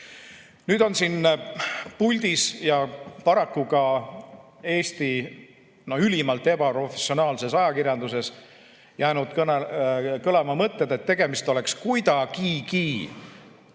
Nüüd on siin puldis ja paraku ka Eesti ülimalt ebaprofessionaalses ajakirjanduses jäänud kõlama mõtted, et tegemist oleks kuidagigi